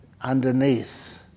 underneath